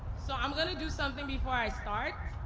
so, i'm going to do something before i start,